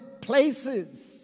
places